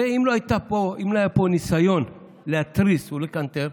הרי אם לא היה פה ניסיון להתריס ולקנטר,